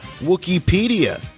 Wikipedia